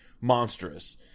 monstrous